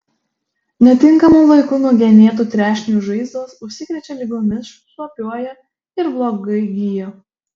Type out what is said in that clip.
netinkamu laiku nugenėtų trešnių žaizdos užsikrečia ligomis šlapiuoja ir blogai gyja